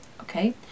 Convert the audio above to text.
okay